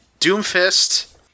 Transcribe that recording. Doomfist